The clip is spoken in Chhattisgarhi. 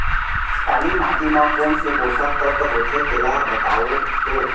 काली माटी म कोन से पोसक तत्व होथे तेला बताओ तो?